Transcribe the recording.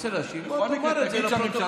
אתה רוצה להשיב, בוא תאמר את זה לפרוטוקול.